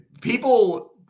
people